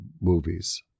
movies